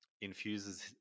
infuses